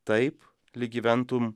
taip lyg gyventum